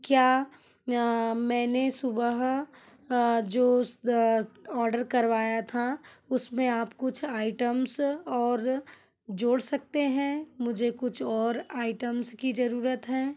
क्या मैंने सुबह जो ऑडर करवाया था उसमें आप कुछ आइटम्स और जोड़ सकते हैं मुझे कुछ और आइटम्स की ज़रूरत है